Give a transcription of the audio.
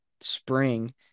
spring